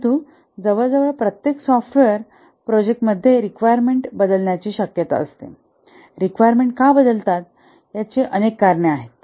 परंतु जवळजवळ प्रत्येक सॉफ्टवेअर प्रोजेक्ट मध्ये रिक्वायरमेंट बदलण्याची शक्यता असते रिक्वायरमेंट का बदलतात याचे अनेक कारणे आहेत